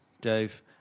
Dave